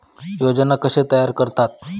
योजना कशे तयार करतात?